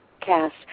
cast